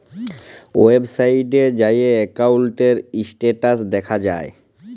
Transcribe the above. ওয়েবসাইটে যাঁয়ে একাউল্টের ইস্ট্যাটাস দ্যাখা যায়